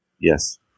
Yes